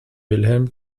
wilhelm